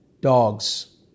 dogs